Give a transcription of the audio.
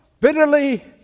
bitterly